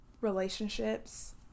relationships